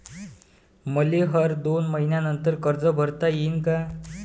मले हर दोन मयीन्यानंतर कर्ज भरता येईन का?